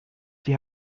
die